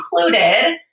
included